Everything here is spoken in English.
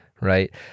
right